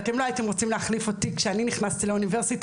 ואתם לא הייתם רוצים להחליף אותי כשאני נכנסתי לאוניברסיטה